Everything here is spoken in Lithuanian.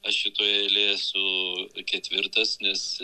aš šitoje eilėje su ketvirtas nes